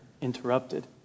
interrupted